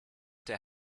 der